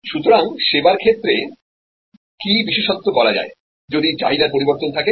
সুতরাং পরিষেবার ক্ষেত্রে কী বিশেষত্ব করা যায় যদি চাহিদার পরিবর্তন থাকে